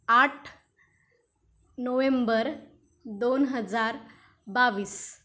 आठ नोवेंबर दोन हजार बावीस